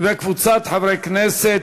וקבוצת חברי הכנסת.